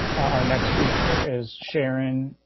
our next speaker is sharon.